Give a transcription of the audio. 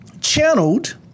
channeled